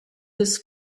this